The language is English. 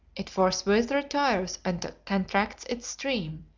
it forthwith retires and contracts its stream,